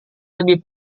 lebih